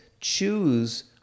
choose